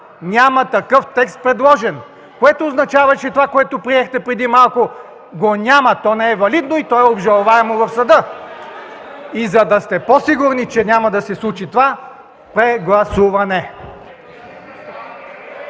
такъв текст, което означава, че това, което приехте преди малко, го няма! То не е валидно и то е обжалваемо в съда! За да сте по-сигурни, че няма да се случи това, пре-гла-су-ва-не.